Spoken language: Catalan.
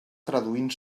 traduint